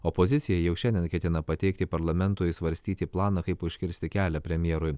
opozicija jau šiandien ketina pateikti parlamentui svarstyti planą kaip užkirsti kelią premjerui